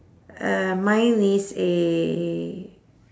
uh mine is a